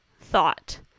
thought